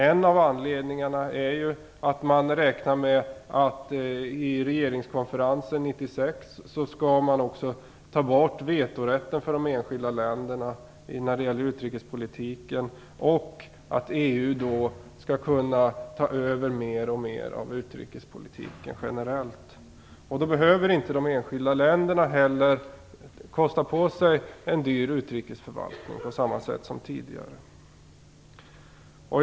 En av anledningarna är att man räknar med att man i regeringskonferensen 1996 också skall ta bort vetorätten för de enskilda länderna när det gäller utrikespolitiken. EU skall då kunna ta över mer och mer av utrikespolitiken generellt. Då behöver inte de enskilda länderna kosta på sig en dyr utrikesförvaltning på samma sätt som tidigare.